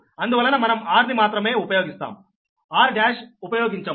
అందువలన మనం r ని మాత్రమే ఉపయోగిస్తాము r1 ఉపయోగించము